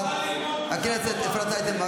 חברת הכנסת אורית פרקש הכהן,